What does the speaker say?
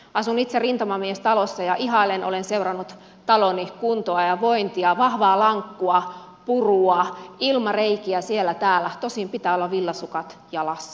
asun itse rintamamiestalossa ja ihaillen olen seurannut taloni kuntoa ja vointia vahvaa lankkua purua ilmareikiä siellä täällä tosin pitää olla villasukat jalassa